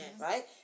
right